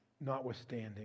notwithstanding